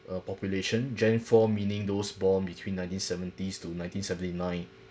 uh population gen four meaning those born between nineteen seventies to nineteen seventy nine